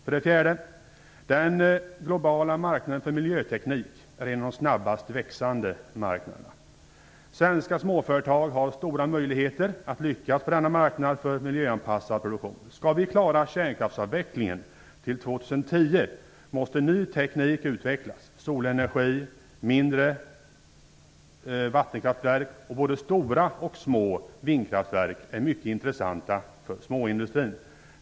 För det fjärde: Den globala marknaden för miljöteknik är en av de snabbast växande marknaderna. Svenska småföretag har stora möjligheter att lyckas på denna marknad för miljöanpassad produktion. Skall vi klara kärnkraftsavvecklingen till år 2010, måste ny teknik utvecklas. Solenergi, mindre vattenkraftverk och både stora och små vindkraftverk är mycket intressanta för småindustrin.